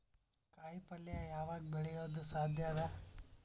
ಕಾಯಿಪಲ್ಯ ಯಾವಗ್ ಬೆಳಿಯೋದು ಸಾಧ್ಯ ಅದ?